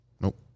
Nope